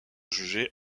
jugée